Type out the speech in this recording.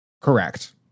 Correct